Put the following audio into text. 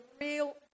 real